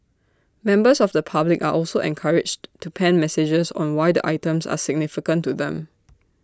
members of the public are also encouraged to pen messages on why the items are significant to them